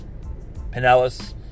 Pinellas